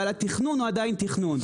אבל התכנון הוא עדיין תכנון,